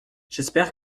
j’espère